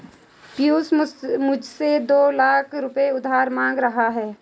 पियूष मुझसे दो लाख रुपए उधार मांग रहा है